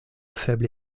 faible